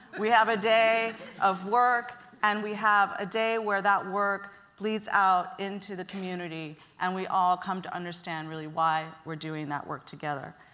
we have a day of work and we have a day where that work bleeds out into the community and we all come to understand really why we're doing that work together.